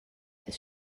this